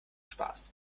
spaß